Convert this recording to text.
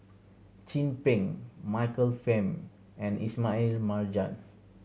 Chin Peng Michael Fam and Ismail Marjan